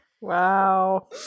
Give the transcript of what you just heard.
Wow